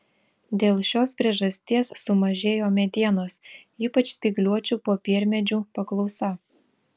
dėl šios priežasties sumažėjo medienos ypač spygliuočių popiermedžių paklausa